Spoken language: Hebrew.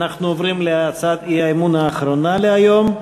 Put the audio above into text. אנחנו עוברים להצעת האי-אמון האחרונה להיום,